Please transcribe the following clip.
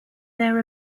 their